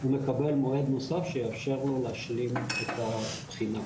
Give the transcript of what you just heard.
הוא מקבל מועד נוסף שיאפשר לו להשלים את הבחינה.